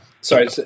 Sorry